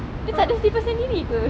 dia takda slipper sendiri ke